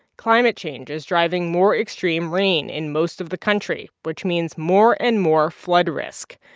climate change is driving more extreme rain in most of the country, which means more and more flood risk,